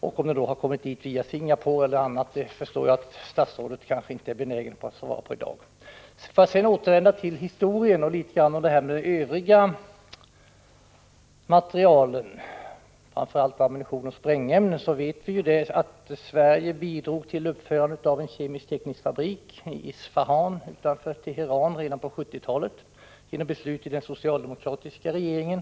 Huruvida den har kommit dit via Singapore eller på annat sätt förstår jag att statsrådet inte är benägen att svara på i dag. Låt mig sedan återvända något till historien och de övriga materielen, framför allt ammunition och sprängämne. Vi vet att Sverige bidrog till uppförandet av en kemisk-teknisk fabrik i Isfahan utanför Teheran redan på 1970-talet genom beslut i den socialdemokratiska regeringen.